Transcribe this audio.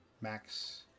Max